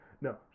No